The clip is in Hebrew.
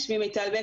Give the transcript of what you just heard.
שמי מיטל בק,